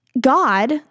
God